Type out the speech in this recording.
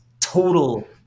total